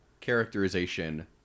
characterization